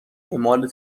اعمال